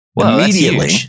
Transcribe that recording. Immediately